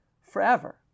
forever